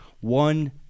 one